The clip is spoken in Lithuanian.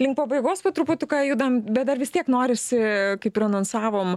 link pabaigos po truputuką judam bet dar vis tiek norisi kaip ir anonsavom